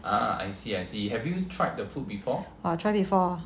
tried before